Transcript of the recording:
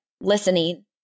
listening